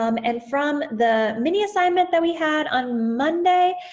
um and from the mini assignment that we had on monday,